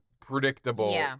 predictable